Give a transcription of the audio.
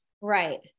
Right